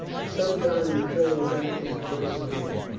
for some time the trinobantes persevered,